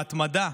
ההתמדה,